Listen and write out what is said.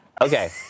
Okay